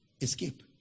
Escape